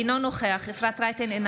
אינו נוכח אפרת רייטן מרום,